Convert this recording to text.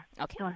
Okay